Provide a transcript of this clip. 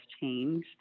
changed